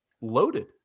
loaded